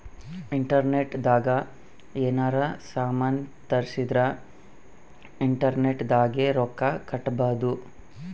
internet ದಾಗ ಯೆನಾರ ಸಾಮನ್ ತರ್ಸಿದರ ಇಂಟರ್ನೆಟ್ ದಾಗೆ ರೊಕ್ಕ ಕಟ್ಬೋದು